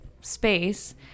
space